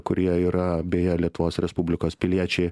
kurie yra beje lietuvos respublikos piliečiai